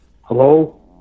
Hello